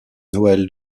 noël